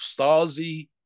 stasi